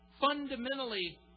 fundamentally